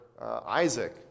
Isaac